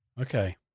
okay